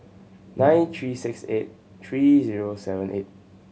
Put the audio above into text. nine three six eight three zero seven eight